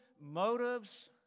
motives